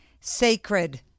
sacred